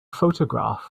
photograph